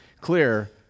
clear